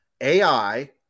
AI